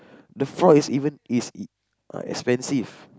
the frog is even is ah expensive